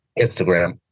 instagram